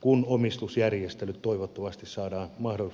kun omistusjärjestelyt toivottavasti saadaan mahdollisimman nopeasti kuntoon